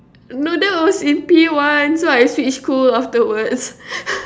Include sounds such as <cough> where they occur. no that was in P one so I switched school afterwards <laughs>